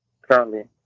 currently